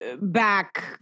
back